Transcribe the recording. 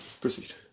Proceed